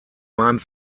meinem